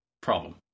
problem